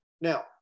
Now